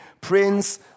prince